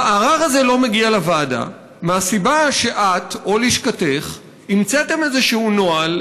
הערר הזה לא מגיע לוועדה מהסיבה שאת או לשכתך המצאתם איזשהו נוהל,